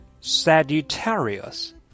Sagittarius